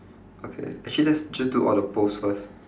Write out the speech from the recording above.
okay actually let's just do all the posts first